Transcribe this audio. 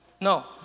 No